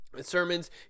sermons